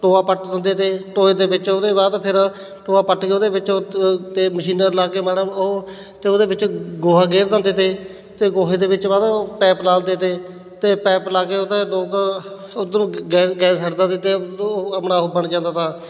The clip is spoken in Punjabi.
ਟੋਆ ਪੱਟ ਦਿੰਦੇ ਤੇ ਟੋਏ ਦੇ ਵਿੱਚ ਉਹ ਤੋਂ ਬਾਅਦ ਫਿਰ ਟੋਆ ਪੱਟ ਕੇ ਉਹਦੇ ਵਿੱਚ ਉਹਦੇ 'ਤੇ ਮਸ਼ੀਨਾਂ ਲਾ ਕੇ ਉਹ ਅਤੇ ਉਹਦੇ ਵਿੱਚ ਗੋਹਾ ਗੇਰ ਦਿੰਦੇ ਤੇ ਅਤੇ ਗੋਹੇ ਦੇ ਵਿੱਚ ਬਾਅਦ ਪੈਪ ਲਾ ਦਿੰਦੇ ਤੇ ਅਤੇ ਪੈਪ ਲਾ ਕੇ ਉਹਦੇ ਦੋ ਕੁ ਓਧਰੋਂ ਗੈ ਗੈਸ ਛੱਡ ਦਿੰਦੇ ਤੇ ਉਹ ਆਪਣਾ ਉਹ ਬਣ ਜਾਂਦਾ ਤਾ